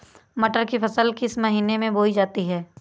मटर की फसल किस महीने में बोई जाती है?